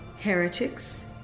heretics